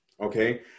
Okay